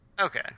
Okay